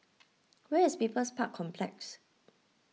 where is People's Park Complex